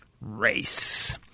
Race